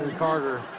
carter.